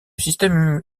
système